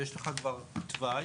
ויש לך כבר תוואי